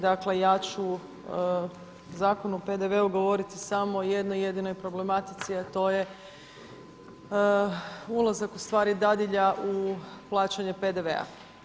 Dakle, ja ću Zakon o PDV-u govoriti samo o jednoj jedinoj problematici, a to je ulazak u stvari dadilja u plaćanje PDV-a.